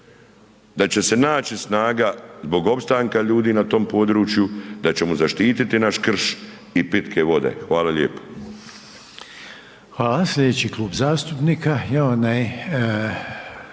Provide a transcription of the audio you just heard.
da će se naći snaga zbog opstanka ljudi na tom području, da ćemo zaštiti naš krš i pitke vode. Hvala lijepo.